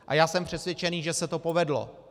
A já jsem přesvědčený, že se to povedlo.